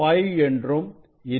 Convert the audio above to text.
5 என்றும் இருக்கின்றன